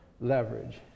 leverage